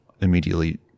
immediately